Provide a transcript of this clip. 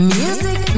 music